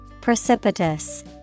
Precipitous